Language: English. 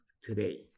today